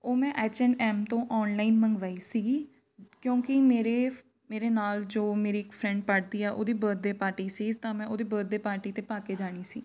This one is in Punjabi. ਉਹ ਮੈਂ ਐੱਚ ਐਂਡ ਐੱਮ ਤੋਂ ਔਨਲਾਈਨ ਮੰਗਵਾਈ ਸੀਗੀ ਕਿਉਂਕਿ ਮੇਰੇ ਮੇਰੇ ਨਾਲ ਜੋ ਮੇਰੀ ਇੱਕ ਫਰੈਂਡ ਪੜ੍ਹਦੀ ਆ ਉਹਦੀ ਬਰਦਡੇ ਪਾਰਟੀ ਸੀ ਤਾਂ ਮੈਂ ਉਹਦੇ ਬਰਦਡੇ ਪਾਰਟੀ 'ਤੇ ਪਾ ਕੇ ਜਾਣੀ ਸੀ